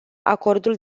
acordul